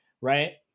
right